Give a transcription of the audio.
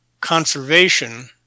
conservation